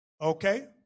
okay